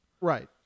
Right